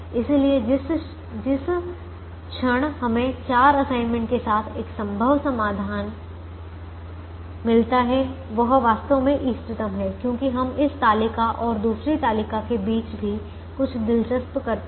इसलिए जिस क्षण हमें चार असाइनमेंट के साथ एक संभव समाधान मिलता है वह वास्तव में इष्टतम है लेकिन हम इस तालिका और दूसरी तालिका के बीच भी कुछ दिलचस्प करते हैं